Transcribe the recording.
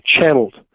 channeled